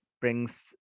brings